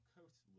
Coast